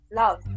love